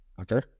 Okay